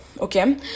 okay